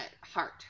heart